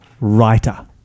writer